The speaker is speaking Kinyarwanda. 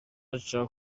nca